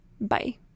Bye